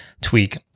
tweak